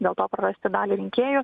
dėl to prarasti dalį rinkėjų